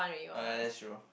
oh ya that's true